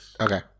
Okay